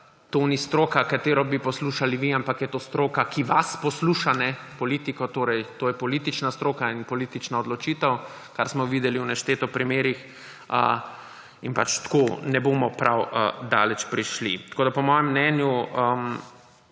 to ni stroka, ki bi jo poslušali vi, ampak je to stroka, ki vas posluša, politiko, torej je to politična stroka in politična odločitev, kar smo videli v nešteto primerih. Tako ne bomo prav daleč prišli. Po mojem mnenju